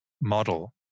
model